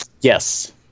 Yes